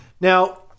Now